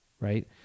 right